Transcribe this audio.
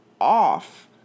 off